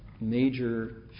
major